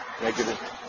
negative